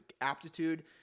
aptitude